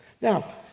Now